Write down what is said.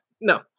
no